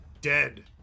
Dead